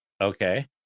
Okay